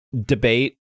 debate